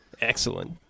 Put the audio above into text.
Excellent